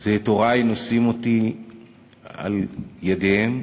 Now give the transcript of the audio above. של הורי נושאים אותי על ידיהם,